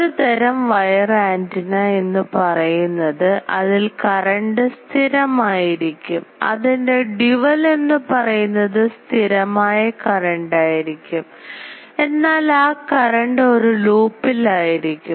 ഒരു തരം wire antenna എന്ന് പറയുന്നത് അതിൽ കറണ്ട് സ്ഥിരമായിരിക്കും അതിൻറെ ഡ്യൂവൽ എന്നുപറയുന്നത് സ്ഥിരമായ കറണ്ട് ആയിരിക്കും എന്നാൽ ആ കറണ്ട് ഒരു ലൂപ്പിൽ ആയിരിക്കും